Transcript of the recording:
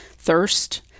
Thirst